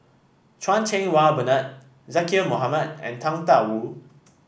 Chan Cheng Wah Bernard Zaqy Mohamad and Tang Da Wu